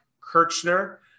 Kirchner